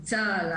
צה"ל,